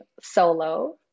solo